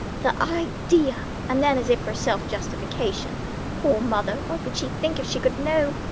the idea! and then as if for self-justification poor mother! what would she think if she could know?